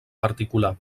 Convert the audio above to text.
particular